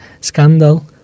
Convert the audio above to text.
scandal